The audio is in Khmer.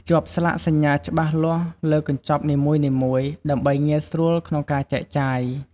ភ្ជាប់ស្លាកសញ្ញាច្បាស់លាស់លើកញ្ចប់នីមួយៗ ដើម្បីងាយស្រួលក្នុងការចែកចាយ។